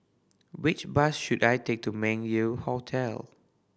which bus should I take to Meng Yew Hotel